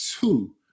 two